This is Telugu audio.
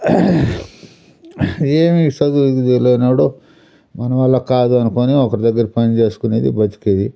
ఏమి చదువు ఇది లేని వాడు మన వల్ల కాదు అనుకొని ఒకరి దగ్గర పని చేసుకునేది బతికేది